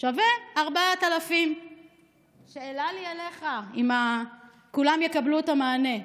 זה שווה 4,000. שאלה לי אליך: אם כולם יקבלו את המענה,